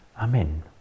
Amen